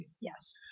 Yes